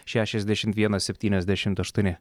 šešiasdešimt vienas septyniasdešimt aštuoni